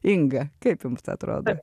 inga kaip jums atrodo